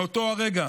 מאותו הרגע